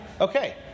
Okay